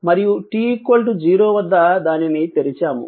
మరియు t0 వద్ద దానిని తెరిచాము